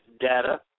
data